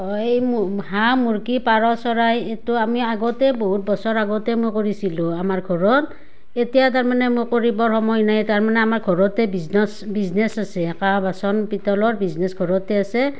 অঁ এই হাঁহ মুৰ্গী পাৰ চৰাই এইটো আমি আগতে বহুত বছৰ আগতে মই কৰিছিলোঁ আমাৰ ঘৰত এতিয়া তাৰমানে মই কৰিবৰ সময় নাই তাৰমানে আমাৰ ঘৰতে বিজনছ বিজনেছ আছে কাঁহ বাচন পিতলৰ বিজনেছ ঘৰতে আছে